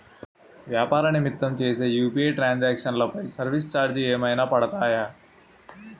వ్యాపార నిమిత్తం చేసిన యు.పి.ఐ ట్రాన్ సాంక్షన్ పై సర్వీస్ చార్జెస్ ఏమైనా పడతాయా?